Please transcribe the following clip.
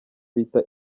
bita